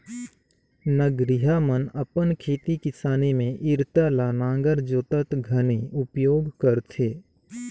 नगरिहा मन अपन खेती किसानी मे इरता ल नांगर जोतत घनी उपियोग करथे